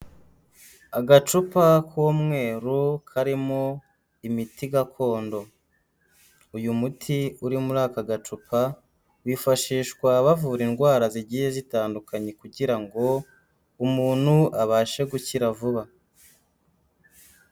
Agacupa k'umweru karimo imiti gakondo, uyu muti uri muri aka gacupa wifashishwa bavura indwara zigiye zitandukanye kugira ngo umuntu abashe gukira vuba.